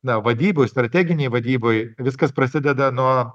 na vadyboj strateginėj vadyboj viskas prasideda nuo